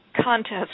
contest